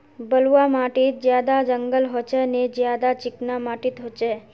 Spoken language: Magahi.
बलवाह माटित ज्यादा जंगल होचे ने ज्यादा चिकना माटित होचए?